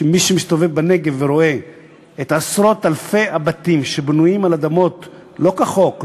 שמי שמסתובב בנגב ורואה את עשרות-אלפי הבתים שבנויים על אדמות לא כחוק,